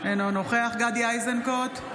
אינו נוכח גדי איזנקוט,